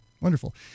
Wonderful